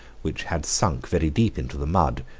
which had sunk very deep into the mud,